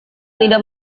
tidak